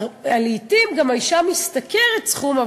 לעתים גם האישה משתכרת סכום,